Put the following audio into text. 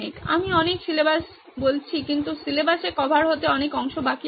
আমি অনেক সিলেবাস বলছি কিন্তু সিলেবাসে কভার হতে অনেক অংশ বাকি আছে